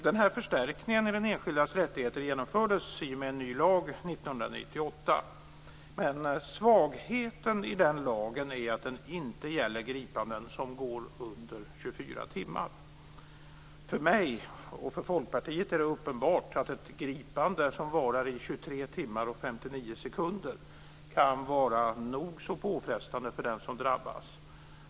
Den här förstärkningen i den enskildas rättigheter genomfördes i och med en ny lag 1998. Men svagheten i den lagen är att den inte gäller gripanden som går under 24 timmar. För mig och Folkpartiet är det uppenbart att ett gripande som varar i 23 timmar och 59 sekunder kan vara nog så påfrestande för den som drabbas.